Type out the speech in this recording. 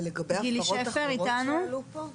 ולגבי הפרות אחרות שעלו פה?